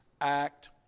act